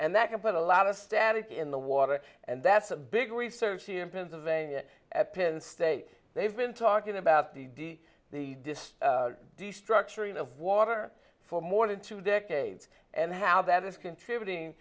and that can put a lot of static in the water and that's a big research in pennsylvania at penn state they've been talking about the the dist destructuring of water for more than two decades and how that is contributing